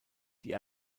die